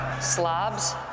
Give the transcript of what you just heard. slobs